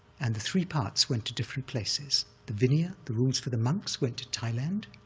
and the three parts went to different places. the vinaya, the rules for the monks, went to thailand.